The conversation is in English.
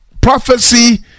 prophecy